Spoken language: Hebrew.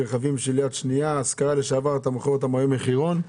רכבים של יד שנייה ושל השכרה לשעבר נמכרים היום במחיר מחירון.